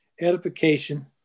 edification